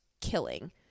killing